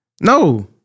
No